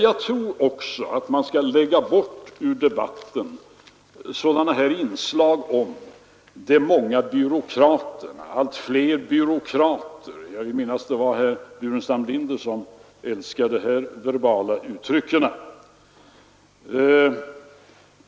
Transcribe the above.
Jag tror också att man från debatten skall utlämna sådana inslag som ”de många byråkraterna” och ”allt fler byråkrater”. Jag vill minnas att det var herr Burenstam Linder som politiska åtgärder älskade dessa verbala uttryck.